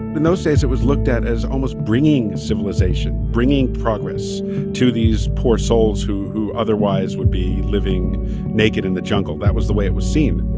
in those days, it was looked at as almost bringing civilization, bringing progress to these poor souls who who otherwise would be living naked in the jungle. that was the way it was seen